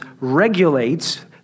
regulates